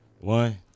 One